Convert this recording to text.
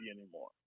anymore